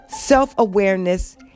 self-awareness